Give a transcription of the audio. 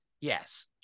Yes